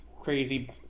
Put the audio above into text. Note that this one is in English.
crazy